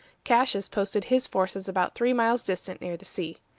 cassius posted his forces about three miles distant, near the sea.